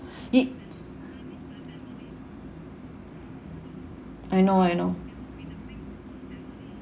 it I know I know